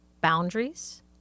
boundaries